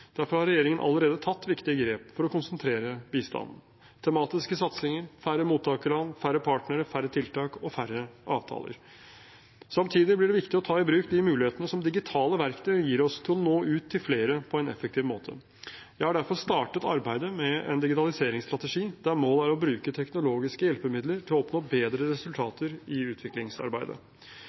Derfor har regjeringen allerede tatt viktige grep for å konsentrere bistanden: tematiske satsinger, færre mottakerland, færre partnere, færre tiltak og færre avtaler. Samtidig blir det viktig å ta i bruk de mulighetene som digitale verktøy gir oss, til å nå ut til flere på en effektiv måte. Jeg har derfor startet arbeidet med en digitaliseringsstrategi, der målet er å bruke teknologiske hjelpemidler til å oppnå bedre resultater i utviklingsarbeidet.